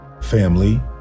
Family